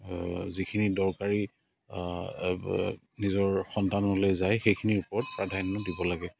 যিখিনি দৰকাৰী নিজৰ সন্তানলৈ যায় সেইখিনিৰ ওপৰত প্ৰাধান্য দিব লাগে